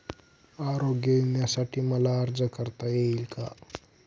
आरोग्य विम्यासाठी मला अर्ज करता येईल का?